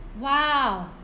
!wow!